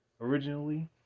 Originally